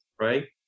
Right